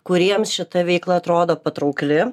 kuriems šita veikla atrodo patraukli